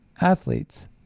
athletes